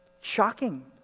Shocking